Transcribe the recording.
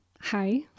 hi